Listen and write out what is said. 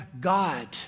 God